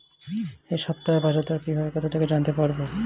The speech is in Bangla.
এই সপ্তাহের বাজারদর কিভাবে কোথা থেকে জানতে পারবো?